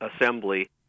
Assembly